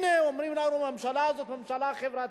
הנה אומרים לנו: הממשלה הזאת ממשלה חברתית,